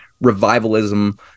revivalism